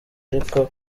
ariko